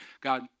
God